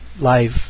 live